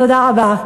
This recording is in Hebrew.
תודה רבה.